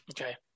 Okay